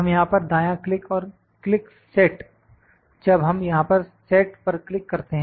हम यहां पर दाया क्लिक और क्लिक सेट जब हम यहां पर सेट पर क्लिक करते हैं